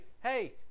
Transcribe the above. hey